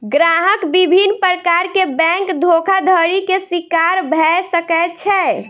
ग्राहक विभिन्न प्रकार के बैंक धोखाधड़ी के शिकार भअ सकै छै